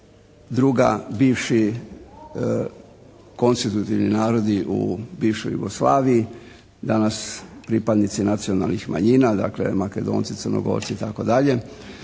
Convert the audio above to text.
Druga bivši konstitutivni narodi u bivšoj Jugoslaviji, danas pripadnici nacionalnih manjina dakle Makedonci, Crnogorci i tako dalje.